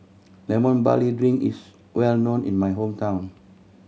Lemon Barley Drink is well known in my hometown